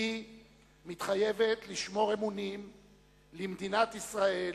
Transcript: "אני מתחייבת לשמור אמונים למדינת ישראל